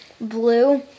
blue